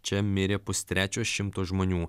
čia mirė pustrečio šimto žmonių